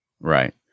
Right